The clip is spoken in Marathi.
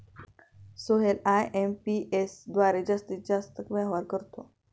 सोहेल आय.एम.पी.एस द्वारे जास्तीत जास्त व्यवहार करतो